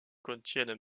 contiennent